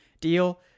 deal